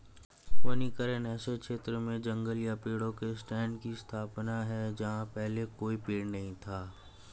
वनीकरण ऐसे क्षेत्र में जंगल या पेड़ों के स्टैंड की स्थापना है जहां पहले कोई पेड़ नहीं था